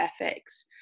ethics